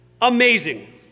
Amazing